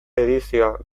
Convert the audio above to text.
edizioa